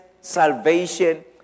salvation